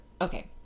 okay